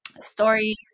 stories